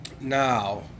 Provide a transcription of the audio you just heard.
Now